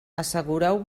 assegureu